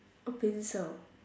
okay sure